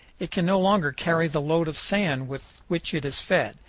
it can no longer carry the load of sand with which it is fed,